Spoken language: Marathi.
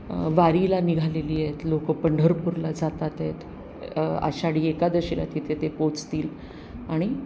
वारीला निघालेली आहेत लोकं पंढरपूरला जातात आहेत आषाढी एकादशीला तिथे ते पोचतील आणि